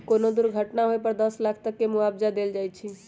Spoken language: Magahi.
कोनो दुर्घटना होए पर दस लाख तक के मुआवजा देल जाई छई